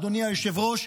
אדוני היושב-ראש,